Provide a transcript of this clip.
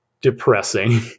depressing